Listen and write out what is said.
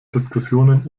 diskussionen